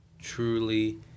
truly